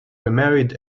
remarried